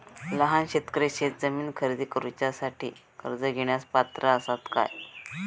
लहान शेतकरी शेतजमीन खरेदी करुच्यासाठी कर्ज घेण्यास पात्र असात काय?